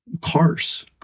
cars